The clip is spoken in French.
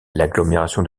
l’agglomération